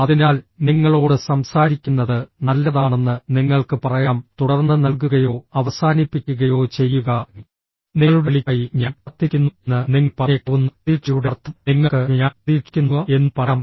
അതിനാൽ നിങ്ങളോട് സംസാരിക്കുന്നത് നല്ലതാണെന്ന് നിങ്ങൾക്ക് പറയാം തുടർന്ന് നൽകുകയോ അവസാനിപ്പിക്കുകയോ ചെയ്യുക നിങ്ങളുടെ വിളിക്കായി ഞാൻ കാത്തിരിക്കുന്നു എന്ന് നിങ്ങൾ പറഞ്ഞേക്കാവുന്ന പ്രതീക്ഷയുടെ അർത്ഥം നിങ്ങൾക്ക് ഞാൻ പ്രതീക്ഷിക്കുന്നു എന്നും പറയാം